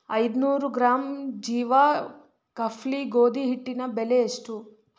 ಐದ್ನೂರು ಗ್ರಾಮ್ ಜೀವಾ ಖಫ್ಲಿ ಗೋಧಿ ಹಿಟ್ಟಿನ ಬೆಲೆ ಎಷ್ಟು